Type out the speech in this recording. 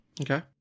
Okay